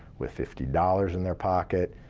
with fifty dollars in their pocket,